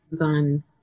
on